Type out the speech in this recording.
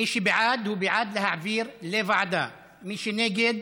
מי שבעד, הוא בעד להעביר לוועדה, מי שנגד,